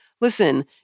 listen